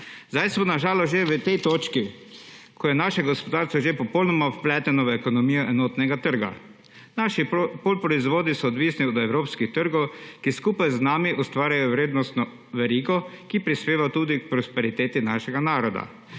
Zdaj smo na žalost že v tej točki, ko je naše gospodarstvo že popolnoma vpleteno v ekonomijo enotnega trga. Naši polproizvodi so odvisnih od evropskih trgov, ki skupaj z nami ustvarjajo vrednostno verigo, ki prispeva tudi k prosperiteti našega naroda,